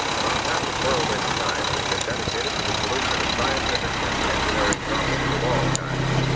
about half of whirlwind's time has been dedicated to the solution of scientific and engineering problems of all kinds.